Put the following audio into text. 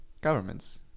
governments